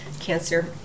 Cancer